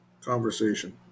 conversation